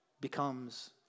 becomes